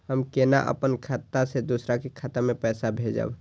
हम केना अपन खाता से दोसर के खाता में पैसा भेजब?